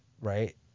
right